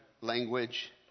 language